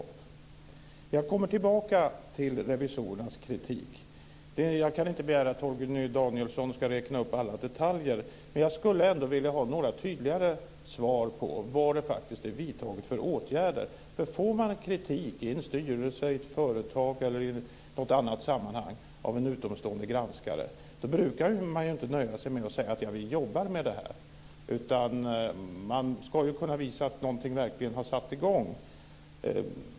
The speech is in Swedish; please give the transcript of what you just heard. Jag kommer tillbaka till revisorernas kritik. Jag kan inte begära att Torgny Danielsson ska räkna upp alla detaljer. Men jag skulle ändå vilja ha några tydligare svar på vilka åtgärder som är vidtagna. Får man kritik i en styrelse, i ett företag eller i något annat sammanhang av en utomstående granskare brukar man inte nöja sig med att säga: Vi jobbar med det här. Man ska kunna visa att någonting verkligen har satt i gång.